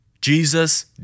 Jesus